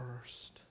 first